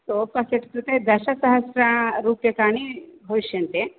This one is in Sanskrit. सोफ़ा सेट् कृते दशसहस्ररूप्यकाणि भविष्यन्ति